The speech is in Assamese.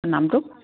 নামটো